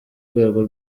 rwego